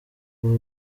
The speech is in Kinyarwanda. aba